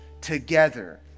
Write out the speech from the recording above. together